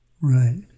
Right